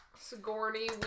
Sigourney